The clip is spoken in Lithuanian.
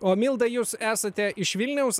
o milda jūs esate iš vilniaus